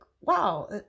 Wow